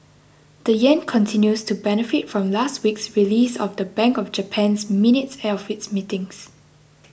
the yen continues to benefit from last week's release of the Bank of Japan's minutes of its meetings